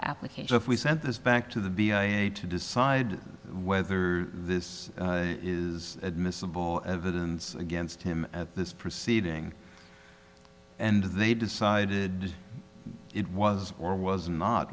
application if we sent this back to the b a a to decide whether this is admissible evidence against him at this proceeding and they decided it was or was not